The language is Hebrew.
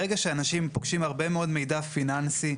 ברגע שאנשים פוגשים הרבה מאוד מידע פיננסי,